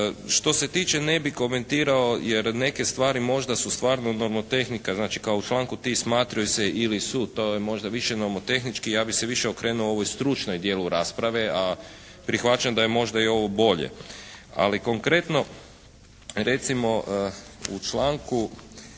Što se tiče ne bih komentirao jer neke stvari možda su stvarno nomotehnika, znači kao u članku ti smatraju se ili su to je možda više nomotehnički. Ja bih se više okrenuo ovom stručnom dijelu rasprave a prihvaćam da je možda i ovo bolje. Ali konkretno, recimo u članku 5.